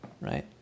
right